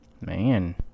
Man